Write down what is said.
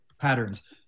patterns